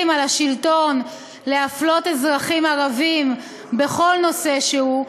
על השלטון להפלות אזרחים ערבים בכל נושא שהוא,